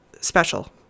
special